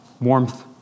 warmth